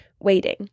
waiting